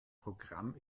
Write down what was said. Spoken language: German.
programm